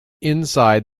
inside